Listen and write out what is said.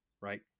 right